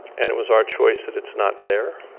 and it was our choice that it's not there.